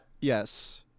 yes